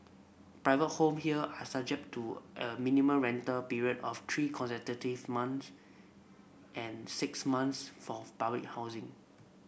private home here are subject to a minimum rental period of three consecutive months and six months fourth public housing